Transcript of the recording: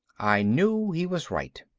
i knew he was right.